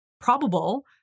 probable